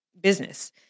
business